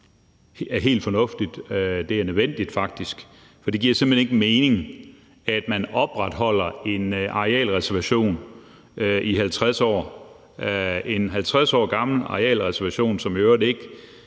jo er helt fornuftigt. Det er faktisk nødvendigt, for det giver simpelt hen ikke mening, at man opretholder en arealreservation i 50 år. Det er en 50 år gammel arealreservation, som i øvrigt ikke